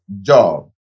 job